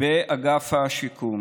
באגף השיקום.